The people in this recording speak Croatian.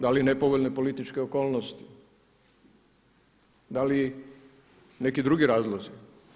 Da li nepovoljne političke okolnosti, da li neki drugi razlozi?